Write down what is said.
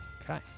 okay